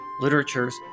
literatures